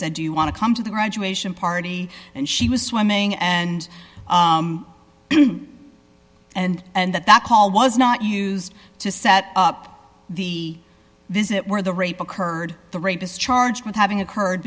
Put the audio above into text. said do you want to come to the graduation party and she was swimming and and that that call was not used to set up the visit where the rape occurred the rapist charged with having occurred